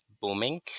booming